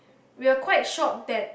we are quite shocked that